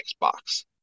Xbox